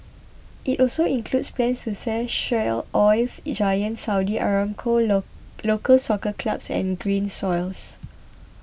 it also includes plans to sell shares oils giant Saudi Aramco local soccer clubs and Grain Silos